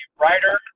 writer